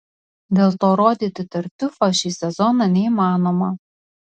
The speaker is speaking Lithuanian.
dėl to rodyti tartiufą šį sezoną neįmanoma